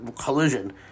Collision